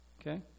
okay